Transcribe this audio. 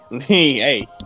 Hey